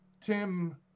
Tim